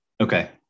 Okay